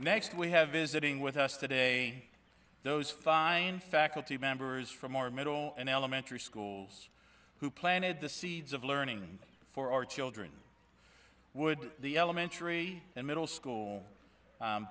next we have visiting with us today those fine faculty members from our middle and elementary schools who planted the seeds of learning for our children would the elementary and middle school